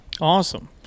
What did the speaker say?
Awesome